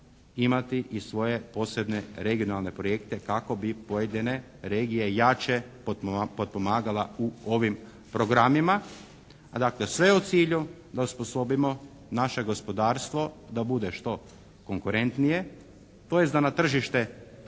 imati i svoje posebne regionalne projekte kako bi pojedine regije jače potpomagala u ovim programima, a dakle sve u cilju da osposobimo naše gospodarstvo da bude što konkurentnije, tj. da na tržištu